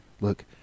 look